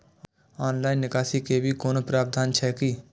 Online निकासी के भी कोनो प्रावधान छै की?